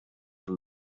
from